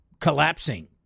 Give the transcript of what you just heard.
collapsing